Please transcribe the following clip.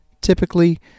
Typically